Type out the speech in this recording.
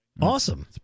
Awesome